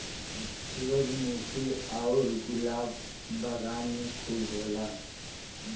सूरजमुखी आउर गुलाब बगान में खूब होला